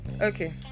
Okay